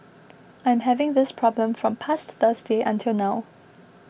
I'm having this problem from past Thursday until now